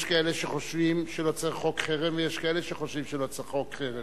יש כאלה שחושבים שלא צריך חוק חרם ויש כאלה שחושבים שלא צריך חוק חרם,